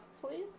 please